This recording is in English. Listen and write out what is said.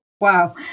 Wow